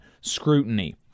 scrutiny